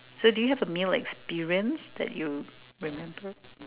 so do you have a meal experience that you remember